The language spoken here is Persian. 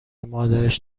مادرش